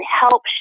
help